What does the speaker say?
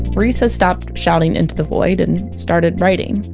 reese has stopped shouting into the void, and started writing.